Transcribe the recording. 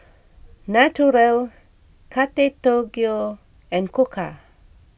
Naturel Kate Tokyo and Koka